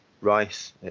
rice